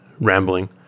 rambling